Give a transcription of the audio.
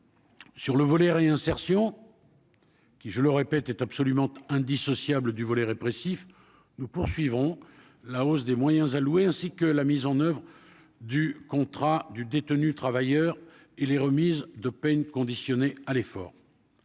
Sur le volet réinsertion. Qui, je le répète, est absolument indissociable du volet répressif, nous poursuivons la hausse des moyens alloués, ainsi que la mise en oeuvre du contrat du détenu, travailleurs et les remises de peine conditionnée à l'effort.